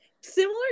Similar